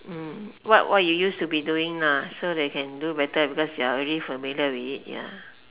what what you used to be doing so that can do better because you are already familiar with it ya